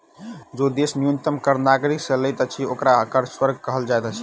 जे देश न्यूनतम कर नागरिक से लैत अछि, ओकरा कर स्वर्ग कहल जाइत अछि